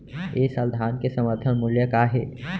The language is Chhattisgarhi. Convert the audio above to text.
ए साल धान के समर्थन मूल्य का हे?